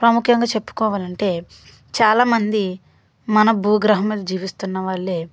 ప్రాముఖ్యంగా చెప్పుకోవాలంటే చాలా మంది మన భూగ్రహం మీద జీవిస్తున్న వాళ్ళే